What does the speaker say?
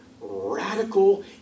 radical